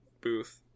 booth